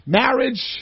marriage